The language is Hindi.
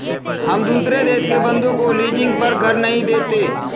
हम दुसरे देश के बन्दों को लीजिंग पर घर नहीं देते